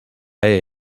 haye